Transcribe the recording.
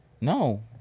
No